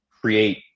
create